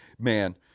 Man